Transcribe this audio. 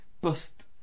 bust